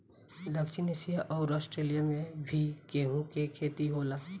दक्षिण एशिया अउर आस्ट्रेलिया में भी गेंहू के खेती होला